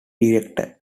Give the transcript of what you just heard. director